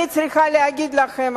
אני צריכה להגיד לכם,